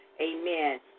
Amen